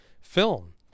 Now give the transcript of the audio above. film